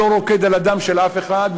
אני לא רוקד על הדם של אף אחד,